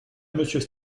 monsieur